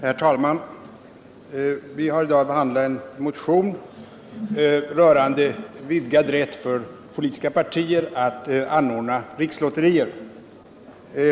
Herr talman! Vi har i dag att behandla en motion rörande vidgad rätt för politiska partier att anordna rikslotterier.